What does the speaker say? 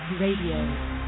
Radio